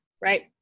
right